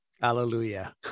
Hallelujah